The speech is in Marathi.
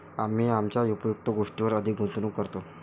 आम्ही आमच्या उपयुक्त गोष्टींवर अधिक गुंतवणूक करतो